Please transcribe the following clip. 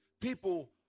People